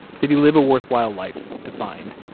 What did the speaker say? did he live a worthwhile life defined?